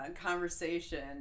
conversation